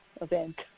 event